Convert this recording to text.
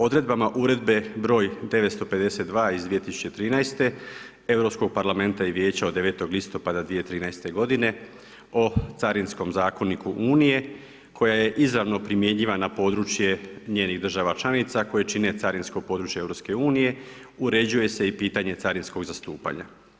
Odredbama Uredbe br. 952/2013 Europskog parlamenta i Vijeća od 9. listopada 2013. godine o Carinskom zakoniku Unije koja je izravno primjenjivan na područje njenih država članica koje čine carinsko područje EU, uređuje se i pitanje carinskog zastupanja.